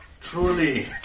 Truly